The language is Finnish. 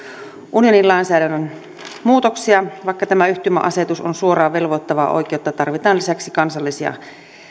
unionin lainsäädännön muutoksia vaikka tämä yhtymäasetus on suoraan velvoittavaa oikeutta tarvitaan lisäksi kansallisia